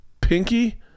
Pinky